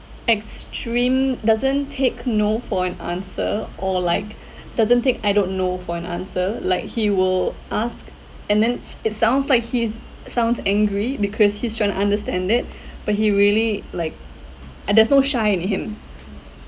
extreme doesn't take no for an answer or like doesn't take I don't know for an answer like he will ask and then it sounds like he is sounds angry because he's trying to understand it but he really like uh there's no shy in him